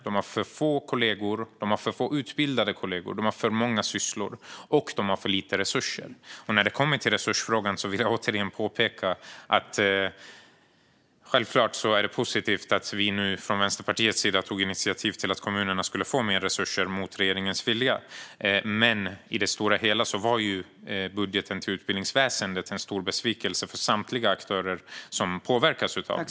De har för få kollegor, de har för få utbildade kollegor, de har för många sysslor och de har för lite resurser. När det kommer till resursfrågan vill jag återigen påpeka att det självklart är positivt att vi nu från Vänsterpartiets sida tog initiativ till att kommunerna mot regeringens vilja skulle få mer resurser. Men i det stora hela var budgeten till utbildningsväsendet en stor besvikelse för samtliga aktörer som påverkas av den.